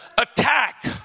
attack